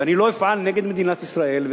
ואני לא אפעל נגד מדינת ישראל,